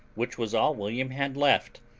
which was all william had left,